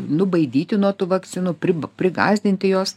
nubaidyti nuo tų vakcinų prib prigąsdinti jos